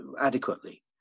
adequately